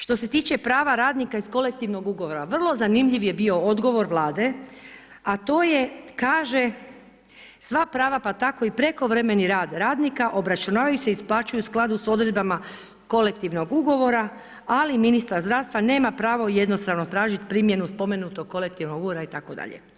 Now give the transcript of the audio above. Što se tiče prava radnika iz kolektivnog ugovora, vrlo zanimljiv je bio odgovor Vlade a to je, kaže, sva prava pa tako i prekovremeni rad radnik obračunavaju se i isplaćuju u skladu sa odredbama kolektivnog ugovora, ali ministar zdravstva nema pravo jednostrano tražiti primjenu spomenutog kolektivnog ugovora itd.